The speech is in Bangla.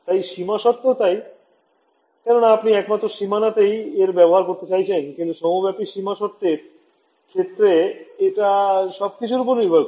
তাই সীমা শর্ততেও তাই কেননা আপনি একমাত্র সীমানা তেই এর ব্যবহার করতে চাইছেন কিন্তু সর্বব্যাপী সীমা শর্ত এর ক্ষেত্রে এটা সবকিছুর ওপর নির্ভর করে